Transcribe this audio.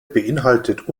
beinhaltet